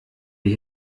die